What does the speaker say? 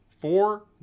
Four